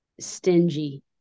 Stingy